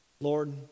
Lord